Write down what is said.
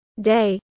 Day